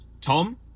Tom